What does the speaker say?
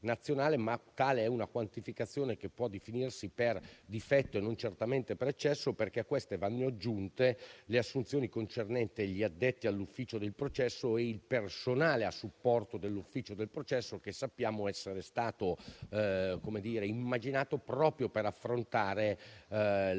ma è una quantificazione che può definirsi per difetto e non certamente per eccesso, perché a queste vanno aggiunte le assunzioni concernenti gli addetti all'ufficio del processo e il personale a supporto dell'ufficio del processo, che sappiamo essere stato immaginato proprio per affrontare l'abbattimento